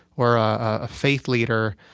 or a faith leader,